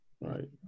Right